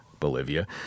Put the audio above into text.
bolivia